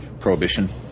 Prohibition